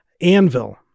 Anvil